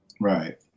Right